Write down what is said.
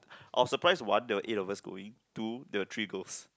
I was surprised one there were eight of us going two there were three girls